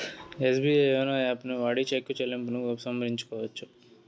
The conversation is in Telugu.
ఎస్బీఐ యోనో యాపుని వాడి చెక్కు చెల్లింపును ఉపసంహరించుకోవచ్చు